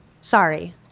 Sorry